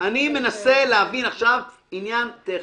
אני מנסה להבין עכשיו עניין טכני.